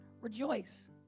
Rejoice